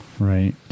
Right